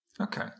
Okay